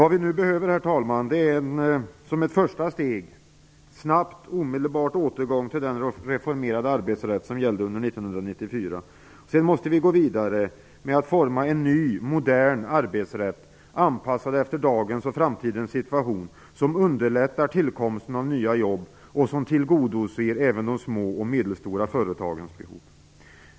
Vad vi nu behöver, som ett första steg, är en omedelbar återgång till den reformerade arbetsrätt som gällde under 1994. Sedan måste vi gå vidare med att forma en ny, modern arbetsrätt, anpassad efter dagens och framtidens situation, som underlättar tillkomsten av nya jobb och som tillgodoser även de små och medelstora företagens behov.